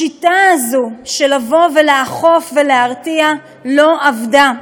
השיטה הזאת, של לאכוף ולהרתיע, לא עבדה.